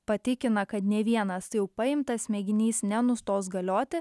patikina kad nei vienas jau paimtas mėginys nenustos galioti